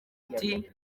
ati